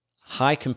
high